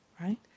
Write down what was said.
Right